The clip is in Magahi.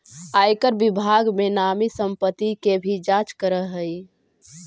आयकर विभाग बेनामी संपत्ति के भी जांच करऽ हई